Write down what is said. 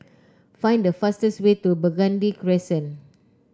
find the fastest way to Burgundy Crescent